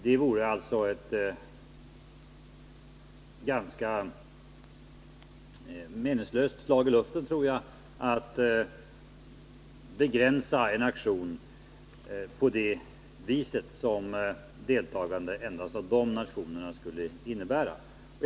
Jag tror alltså att det vore ett ganska meningslöst slag i luften att begränsa en aktion på det viset att den skedde med deltagande endast av dessa nationer.